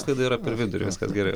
sklaida yra per vidurį viskas gerai